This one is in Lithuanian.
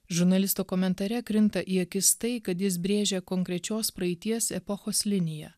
žurnalisto komentare krinta į akis tai kad jis brėžia konkrečios praeities epochos liniją